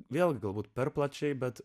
vėl galbūt per plačiai bet